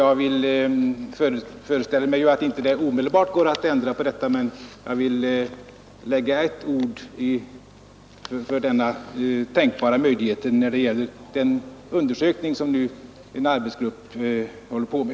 Jag föreställer mig att det inte går att ändra på detta omedelbart, men jag vill fästa uppmärksamheten på denna möjlighet inför den undersökning som en arbetsgrupp håller på med.